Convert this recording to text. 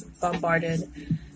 bombarded